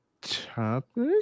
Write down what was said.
topic